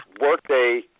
Workday